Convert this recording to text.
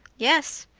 yes.